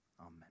Amen